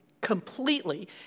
completely